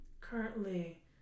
currently